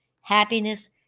happiness